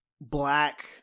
black